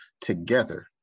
together